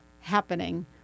happening